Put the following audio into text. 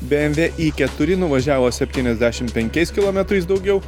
bmw i keturi nuvažiavo septyniasdešim penkiais kilometrais daugiau